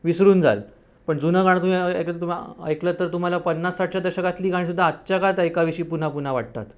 विसरून जाल पण जुनं गाणं तुम्ही ऐ ऐकलं तर तुम्हाला ऐकलंत तर तुम्हाला पन्नास साठच्या दशकातली गाणीसुद्धा आजच्या काळात ऐकावीशी पुन्हा पुन्हा वाटतात